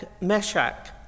Meshach